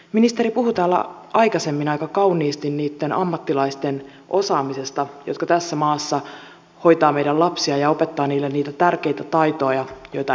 ministeri puhui täällä aikaisemmin aika kauniisti niitten ammattilaisten osaamisesta jotka tässä maassa hoitavat meidän lapsia ja opettavat näille niitä tärkeitä taitoja joita elämässä tarvitaan